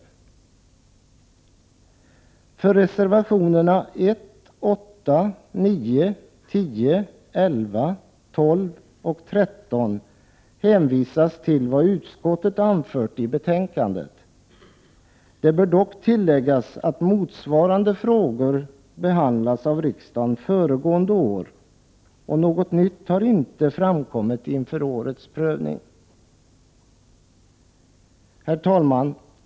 När det gäller reservationerna 1, 8, 9, 10, 11, 12 och 13 hänvisar jag till vad utskottet har anfört i betänkandet. Det bör dock tilläggas att motsvarande frågor behandlades av riksdagen förra året, och något nytt har inte framkommit inför årets prövning. Herr talman!